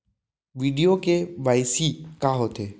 video KYC का होथे